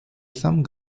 some